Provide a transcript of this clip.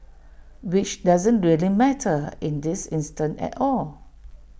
which doesn't really matter in this instance at all